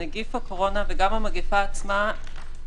נגיף הקורונה וגם המגפה עצמה,